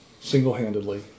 single-handedly